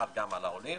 חל גם על העולים.